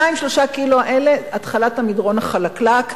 2, 3 הקילו האלה זה התחלת המדרון החלקלק.